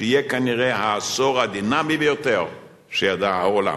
שיהיה כנראה העשור הדינמי ביותר שידע העולם.